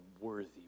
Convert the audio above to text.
worthy